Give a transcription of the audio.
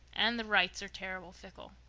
and the wrights are terrible fickle.